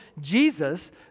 Jesus